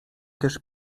też